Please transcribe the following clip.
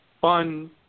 fun